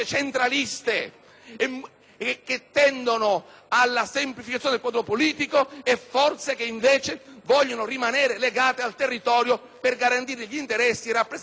che tendono alla semplificazione del quadro politico, e forze che invece vogliono rimanere legate al territorio per garantirne gli interessi e rappresentarne le vocazioni più autentiche.